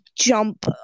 jump